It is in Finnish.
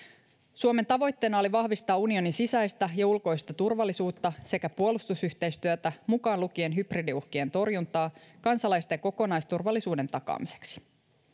suomen tavoitteena oli vahvistaa unionin sisäistä ja ulkoista turvallisuutta sekä puolustusyhteistyötä mukaan lukien hybridiuhkien torjuntaa kansalaisten kokonaisturvallisuuden takaamiseksi